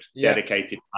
dedicated